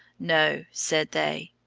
no, said they,